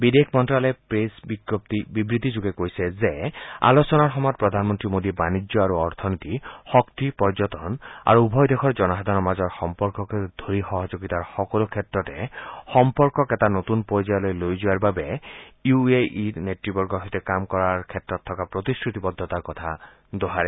বিদেশ মন্তালয়ে প্ৰেছ বিবৃতিযোগে কৈছে যে আলোচনাৰ সময়ত প্ৰধানমন্ত্ৰী মোদীয়ে বাণিজ্য আৰু অথনীতি শক্তি পৰ্যটন আৰু উভয় দেশৰ জনসাধাৰণৰ মাজৰ সম্পৰ্ককে ধৰি সহযোগিতাৰ সকলো ক্ষেত্ৰতে সম্পৰ্কক এটা নতূন পৰ্যয়লৈ লৈ যোৱাৰ বাবে ইউ এ ইৰ নেত়বৰ্গৰ সৈতে কাম কৰাৰ প্ৰতিশ্ৰুতিবদ্ধতাৰ কথা দোহাৰে